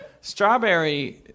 Strawberry